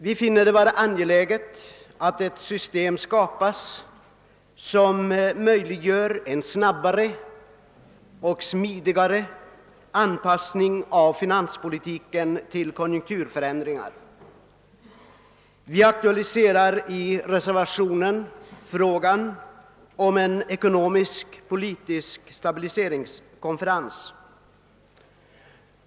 Vi finner det vara angeläget att ett system skapas som möjliggör en snabbare och smidigare anpassning av finanspolitiken till konjunkturförändringar. Vi aktualiserar i reservationen frågan om en ekonomiskpolitisk stabiliseringskonferens.